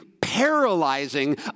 paralyzing